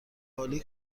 عالی